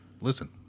listen